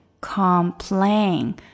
complain